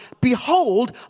Behold